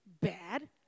bad